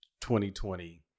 2020